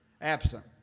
absent